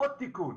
עוד תיקון,